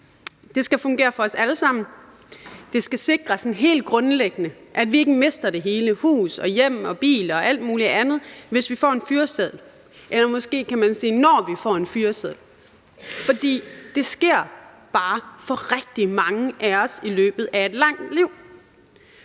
Det skal fungere for os alle sammen. Det skal helt grundlæggende sikre, at vi ikke mister det hele – hus, hjem og bil og alt muligt andet – hvis vi får en fyreseddel, eller man kan måske sige, når vi får en fyreseddel, for det sker bare for rigtig mange af os i løbet af et langt liv.